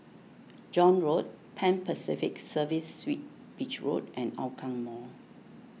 John Road Pan Pacific Serviced Suites Beach Road and Hougang Mall